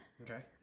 Okay